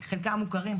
חלקם מוכרים,